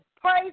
Praise